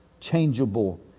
changeable